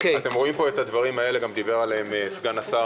אתם רואים את הדברים האלה גם דיבר עליהם סגן השר.